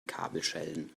kabelschellen